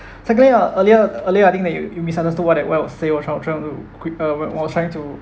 secondly earlier earlier I think that you you misunderstood what did we say was I was trying to uh was trying to